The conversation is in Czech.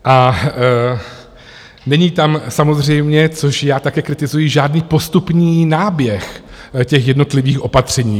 A není tam samozřejmě, což já také kritizuji, žádný postupný náběh těch jednotlivých opatření.